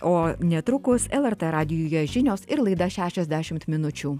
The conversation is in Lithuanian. o netrukus lrt radijuje žinios ir laida šešiasdešimt minučių